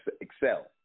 excel